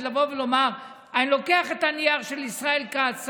לבוא ולומר: אני לוקח את הנייר של ישראל כץ,